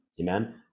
amen